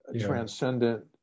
transcendent